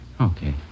Okay